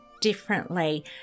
differently